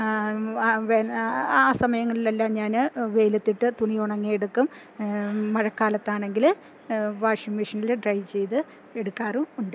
ആ സമയങ്ങളിലെല്ലാം ഞാന് വെയിലത്തിട്ട് തുണി ഉണങ്ങിയെടുക്കും മഴക്കാലത്താണെങ്കില് വാഷിംഗ് മെഷിനില് ഡ്രൈ ചെയ്ത് എടുക്കാറും ഉണ്ട്